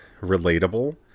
relatable